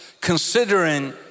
considering